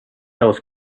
was